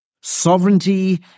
Sovereignty